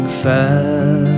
fast